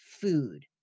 food